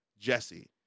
Jesse